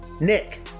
Nick